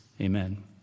amen